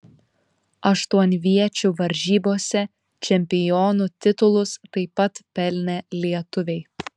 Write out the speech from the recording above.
aštuonviečių varžybose čempionų titulus taip pat pelnė lietuviai